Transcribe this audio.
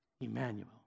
Emmanuel